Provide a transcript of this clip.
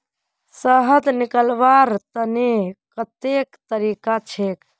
शहद निकलव्वार तने कत्ते तरीका छेक?